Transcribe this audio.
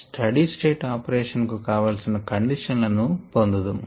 study state operation కు కావలిసిన condition లను పొందుదుము